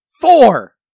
four